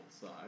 side